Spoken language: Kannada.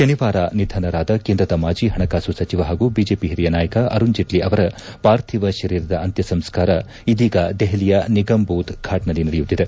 ಶನಿವಾರ ನಿಧನರಾದ ಕೇಂದ್ರದ ಮಾಜಿ ಹಣಕಾಸು ಸಚಿವ ಹಾಗೂ ಬಿಜೆಪಿ ಹಿರಿಯ ನಾಯಕ ಅರುಣ್ ಜೇಟ್ಲಿ ಅವರ ಪಾರ್ಥಿವ ಶರೀರದ ಅಂತ್ಯಸಂಸ್ಕಾರ ಇದೀಗ ದೆಹಲಿಯ ನಿಗಮ್ಬೋಧ್ ಫಾಟ್ನಲ್ಲಿ ನಡೆಯುತ್ತಿದೆ